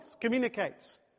communicates